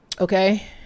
okay